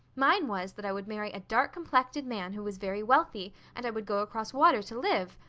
mine was that i would marry a dark-complected man who was very wealthy, and i would go across water to live.